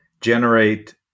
generate